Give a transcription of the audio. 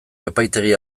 epaitegi